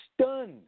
stunned